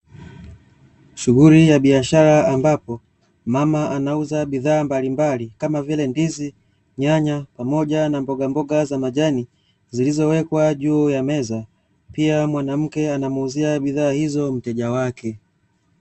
Shughuli ya biashara ambapo mama anauza bidhaa mbalimbali kama vile ndizi, nyanya pamoja na mboga mboga za majani zilizowekwa juu ya meza pia mwanamke anamuuzia bidhaa hizo mteja wake.